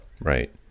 Right